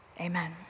Amen